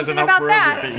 and about that.